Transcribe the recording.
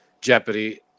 Jeopardy